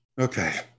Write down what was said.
Okay